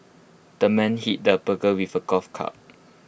the man hit the burglar with A golf club